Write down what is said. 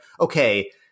okay